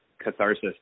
catharsis